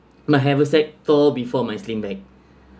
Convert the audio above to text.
my haversack tore before my sling bag